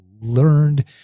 learned